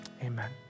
Amen